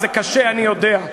זה קשה, אני יודע.